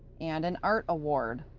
and an art award.